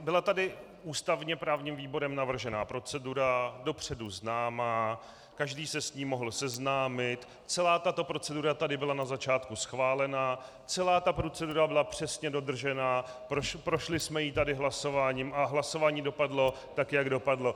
Byla tady ústavněprávním výborem navržena procedura, dopředu známá, každý se s ní mohl seznámit, celá tato procedura tady byla na začátku schválena, celá ta procedura byla přesně dodržena, prošli jsme ji tady hlasováním a hlasování dopadlo tak, jak dopadlo.